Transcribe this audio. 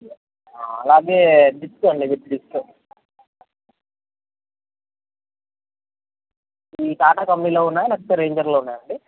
అలాగే డిస్క్ అండి with disc ఈ టాటా కంపనీలో ఉన్నాయి లేకపోతే రేంజర్లో ఉన్నాయా అండి